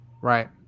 Right